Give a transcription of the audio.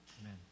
Amen